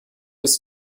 bis